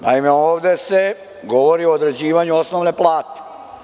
Naime, ovde se govori o određivanju osnovne plate.